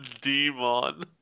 demon